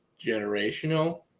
generational